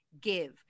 give